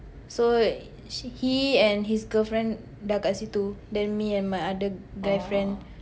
so sh~ he and his girlfriend dah kat situ then me and my other guy friend